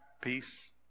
Peace